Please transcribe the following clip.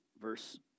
verse